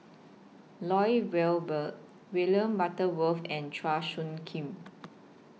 Lloyd Valberg William Butterworth and Chua Soo Khim